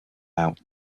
out